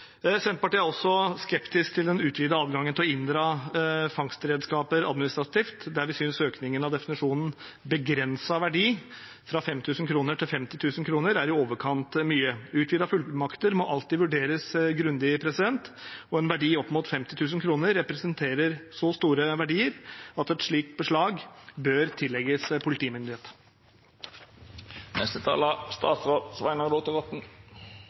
skeptisk til den utvidede adgangen til å inndra fangstredskaper administrativt. Vi synes økningen av definisjonen av «begrenset verdi» fra 5 000 kr til 50 000 kr er i overkant mye. Utvidede fullmakter må alltid vurderes grundig, og en verdi opp mot 50 000 kr representerer så store verdier at ansvaret for et slikt beslag bør